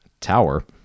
tower